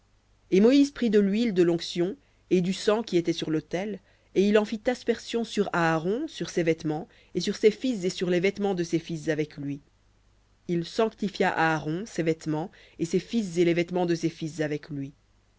et moïse prit de l'huile de l'onction et du sang qui était sur l'autel et il en fit aspersion sur aaron sur ses vêtements et sur ses fils et sur les vêtements de ses fils avec lui il sanctifia aaron ses vêtements et ses fils et les vêtements de ses fils avec lui